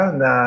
na